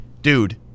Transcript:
Dude